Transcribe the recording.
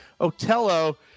Otello